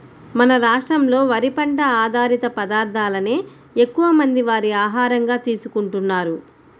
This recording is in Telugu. మన రాష్ట్రంలో వరి పంట ఆధారిత పదార్ధాలనే ఎక్కువమంది వారి ఆహారంగా తీసుకుంటున్నారు